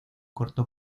corto